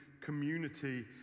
community